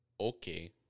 okay